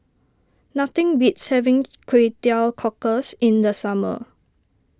nothing beats having Kway Teow Cockles in the summer